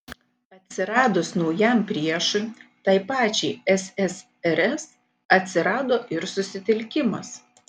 atsiradus naujam priešui tai pačiai ssrs atsirado ir susitelkimas